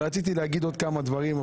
ורציתי להגיד עוד כמה דברים,